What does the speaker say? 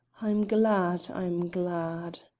i'm glad i'm glad.